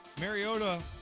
Mariota